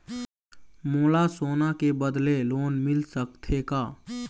मोला सोना के बदले लोन मिल सकथे का?